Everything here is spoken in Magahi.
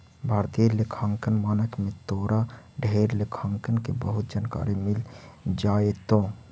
भारतीय लेखांकन मानक में तोरा ढेर लेखांकन के बहुत जानकारी मिल जाएतो